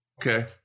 okay